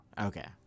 okay